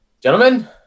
gentlemen